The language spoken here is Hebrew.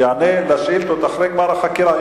שהוא יענה על שאילתות אחרי גמר החקירה.